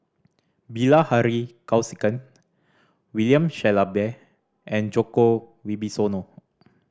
Bilahari Kausikan William Shellabear and Djoko Wibisono